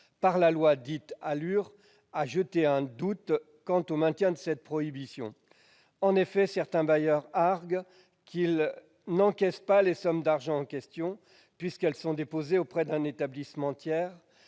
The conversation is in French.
par la loi ALUR a jeté un doute quant au maintien de cette prohibition. En effet, certains bailleurs arguent qu'ils n'encaissent pas les sommes d'argent en question, puisqu'elles sont déposées auprès d'un établissement tiers.